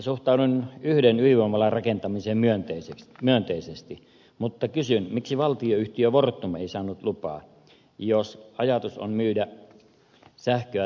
suhtaudun yhden ydinvoimalan rakentamiseen myönteisesti mutta kysyn miksi valtioyhtiö fortum ei saanut lupaa jos ajatus on myydä sähköä tulevaisuudessa